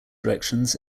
directions